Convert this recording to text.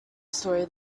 story